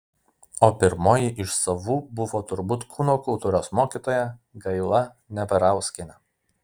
o pirmoji iš savų buvo turbūt kūno kultūros mokytoja gaila neverauskienė